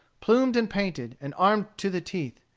plumed and painted, and armed to the teeth.